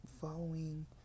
following